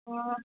हॅं